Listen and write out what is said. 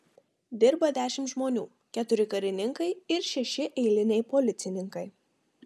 dirba dešimt žmonių keturi karininkai ir šeši eiliniai policininkai